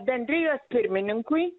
bendrijos pirmininkui